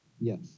Yes